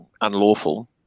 unlawful